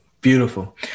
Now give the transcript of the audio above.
Beautiful